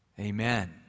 Amen